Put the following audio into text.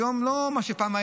היום הם לא מה שהיה פעם,